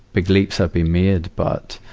big leaps have been made, but,